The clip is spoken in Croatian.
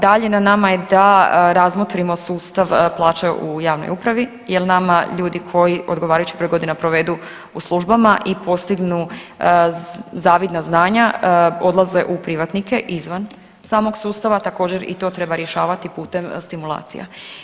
Dalje, na nama je da razmotrimo sustav plaća u javnoj upravi jer nama ljudi koji odgovarajući broj godina provedu u službama i postignu zavidna znanja odlaze u privatnike izvan samog sustava, također, i to treba rješavati putem stimulacija.